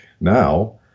Now